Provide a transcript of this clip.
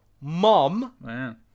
mom